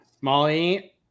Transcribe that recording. Molly